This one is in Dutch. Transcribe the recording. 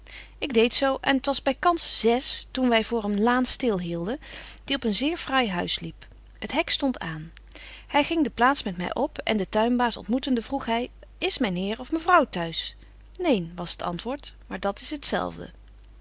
ik deed zo en t was bykans zes toen wy voor een laan stil hielden die op een zeer fraai huis liep het hek stondt aan hy ging de plaats met my op en den tuinbaas ontmoetende vroeg hy is myn heer of mevrouw t'huis neen was t antwoord maar dat is